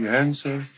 answer